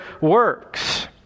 works